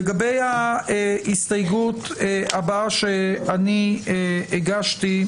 לגבי ההסתייגות הבאה שאני הגשתי,